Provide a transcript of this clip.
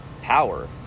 power